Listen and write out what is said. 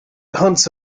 hunts